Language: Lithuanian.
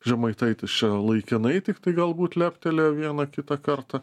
žemaitaitis čia laikinai tiktai galbūt leptelėjo vieną kitą kartą